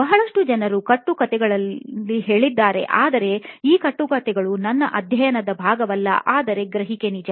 ಬಹಳಷ್ಟು ಜನರು ಕಟ್ಟುಕಥೆಗಳಲ್ಲಿ ಹೇಳಿದ್ದಾರೆ ಆದರೆ ಆ ಕಟ್ಟುಕಥೆಗಳು ನನ್ನ ಅಧ್ಯಯನದ ಭಾಗವಲ್ಲ ಆದರೆ ಗ್ರಹಿಕೆ ನಿಜ